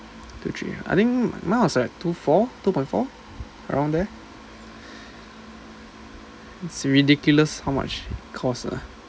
two three I think now is like two four two point four around there it's ridiculous how much it cost lah